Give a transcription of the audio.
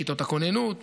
כיתות הכוננות,